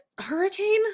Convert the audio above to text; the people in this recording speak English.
Hurricane